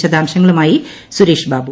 വിശദാംശങ്ങളുമായി സുരേഷ് ബാബു